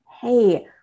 hey